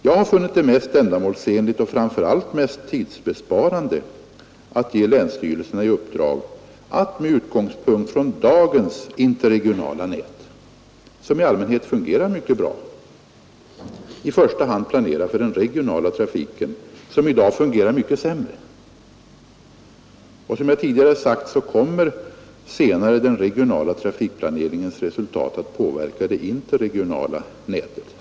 Jag har funnit det mest ändamålsenligt och framför allt mest tidsbesparande att ge länsstyrelserna i uppdrag att med utgångspunkt i dagens interregionala nät, som i allmänhet fungerar mycket bra, i första hand planera för den regionala trafiken, som i dag fungerar mycket sämre. Och som jag tidigare sagt kommer senare den regionala trafikplaneringens resultat att påverka det interregionala nätet.